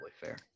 fair